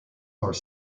are